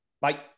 Bye